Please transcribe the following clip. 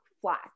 flat